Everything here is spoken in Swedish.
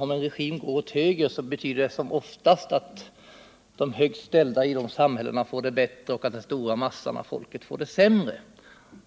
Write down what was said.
Om en regim går åt höger, betyder det oftast att de högst ställda i det samhälle det gäller får det bättre, medan den stora massan av folket får det sämre.